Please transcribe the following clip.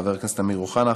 חבר הכנסת אמיר אוחנה,